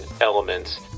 elements